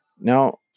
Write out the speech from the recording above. Now